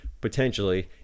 potentially